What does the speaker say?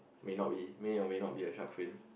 may not be may or may not be a shark fin